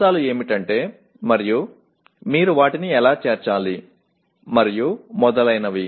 అంశాలు ఏమిటి మరియు మీరు వాటిని ఎలా చేర్చాలి మరియు మొదలైనవి